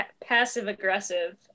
passive-aggressive